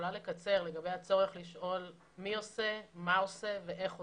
לגבי הצורך להגדיר מי עושה, מה עושה ואיך עושה.